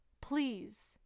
Please